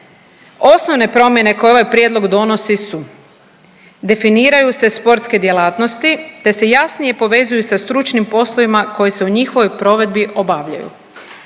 Osnovne promjene koje ovaj prijedlog donosi su, definiraju se sportske djelatnosti te se jasnije povezuju sa stručnim poslovima koji se u njihovoj provedbi obavljaju.